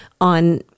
on